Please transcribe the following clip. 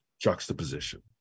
juxtaposition